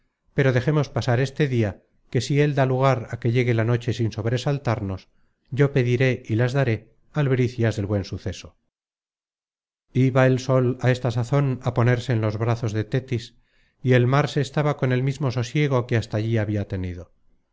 pero dejemos pasar este dia que si él da lugar á que llegue la noche sin sobresaltarnos yo pediré y las daré albricias del buen suceso content from google book search generated at iba el sol á esta sazon á ponerse en los brazos de tétis y el mar se estaba con el mismo sosiego que hasta allí habia tenido